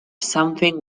something